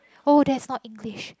oh that is not English